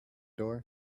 door